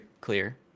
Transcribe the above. clear